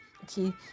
okay